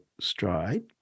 stride